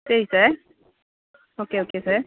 சரி sir okay okay sir